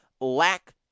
lack